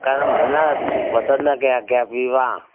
ꯀꯔꯝꯕꯅ ꯕꯣꯇꯜꯗ ꯀꯌꯥ ꯀꯌꯥ ꯄꯤꯕ